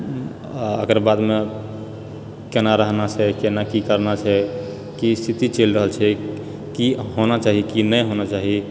आ एकर बादमे केना रहना छै केनाकि करना छै कि स्थिति चलि रहल छै कि होना चाही कि नहि होना चाही